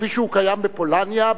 כפי שהוא קיים בפולניה,